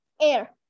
air